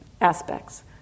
aspects